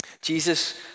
Jesus